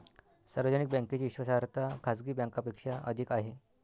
सार्वजनिक बँकेची विश्वासार्हता खाजगी बँकांपेक्षा अधिक आहे